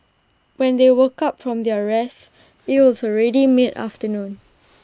when they woke up from their rest IT was already mid afternoon